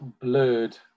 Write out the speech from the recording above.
blurred